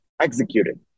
executed